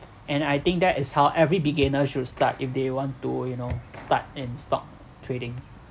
and I think that is how every beginner should start if they want to you know start and stock trading